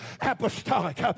apostolic